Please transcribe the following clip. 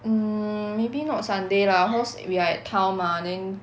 um maybe not sunday lah cause we are at town mah then